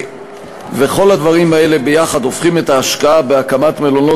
וכל הדברים האלה יחד הופכים את ההשקעה בהקמת מלונות